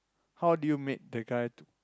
how did you made the guy to